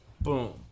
Boom